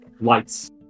lights